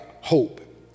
hope